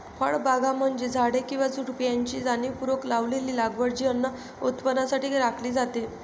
फळबागा म्हणजे झाडे किंवा झुडुपे यांची जाणीवपूर्वक लावलेली लागवड जी अन्न उत्पादनासाठी राखली जाते